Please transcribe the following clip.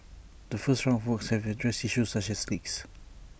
the first round of works have addressed issues such as leaks